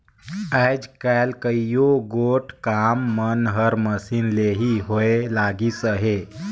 आएज काएल कइयो गोट काम मन हर मसीन ले ही होए लगिस अहे